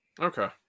Okay